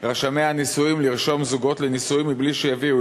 רשמי הנישואים לרשום זוגות לנישואים מבלי שיביאו